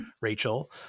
Rachel